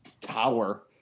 tower